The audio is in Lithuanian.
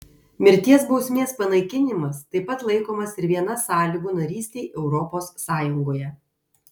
mirties bausmės panaikinimas taip pat laikomas ir viena sąlygų narystei europos sąjungoje